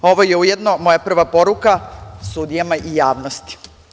Ovo je ujedno moja prva poruka sudijama i javnosti.